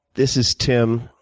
this is tim.